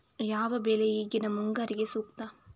ಯಾವ ಬೆಳೆ ಈಗಿನ ಮುಂಗಾರಿಗೆ ಸೂಕ್ತ?